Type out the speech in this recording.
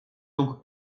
donc